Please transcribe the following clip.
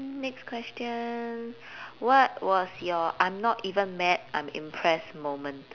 mm next question what was your I'm not even mad I'm impressed moment